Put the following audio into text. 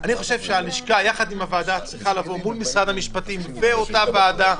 אני חושב שהלשכה יחד עם הוועדה צריכה לבוא מול משרד המשפטים ואותה ועדה,